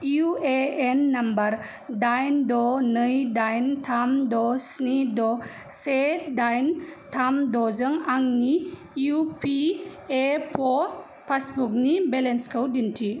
U A N number दाइन द' नै दाइन थाम द' स्नि द' से दाइन थाम द'जों आंनि इउ पि एफ अ पासबुकनि बेलेन्सखौ दिन्थि